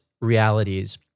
realities